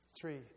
Three